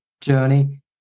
journey